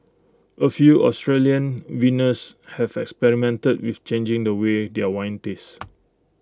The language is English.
A few Australian vintners have experimented with changing the way their wines taste